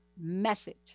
message